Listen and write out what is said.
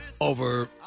over